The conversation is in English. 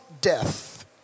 death